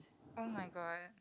oh-my-god